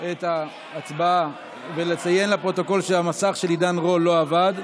את ההצבעה ולציין לפרוטוקול שהמסך של עידן רול לא עבד,